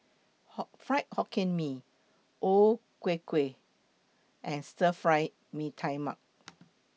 Fried Hokkien Mee O Ku Kueh and Stir Fried Mee Tai Mak